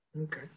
Okay